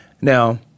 Now